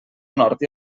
nord